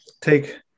take